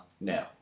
now